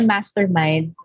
Mastermind